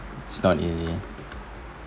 it's not easy